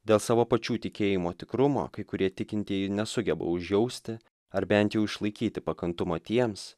dėl savo pačių tikėjimo tikrumo kai kurie tikintieji nesugeba užjausti ar bent jau išlaikyti pakantumo tiems